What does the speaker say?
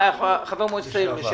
מי